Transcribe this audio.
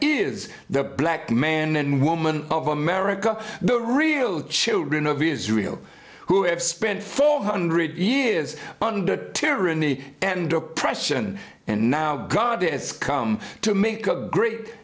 is the black man and woman of america the real children of israel who have spent four hundred years under tyranny and oppression and now god has come to make a great